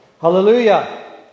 Hallelujah